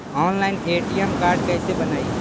Online ATM card कैसे बनाई?